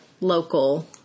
local